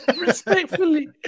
Respectfully